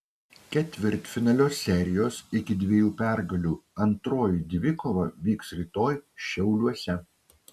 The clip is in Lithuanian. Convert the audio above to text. ketvirtfinalio serijos iki dviejų pergalių antroji dvikova vyks rytoj šiauliuose